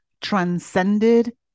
transcended